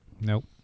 Nope